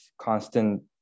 constant